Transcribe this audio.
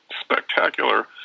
spectacular